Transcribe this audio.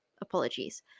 Apologies